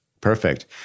Perfect